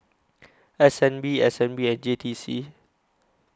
S N B S N B and J T C